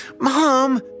Mom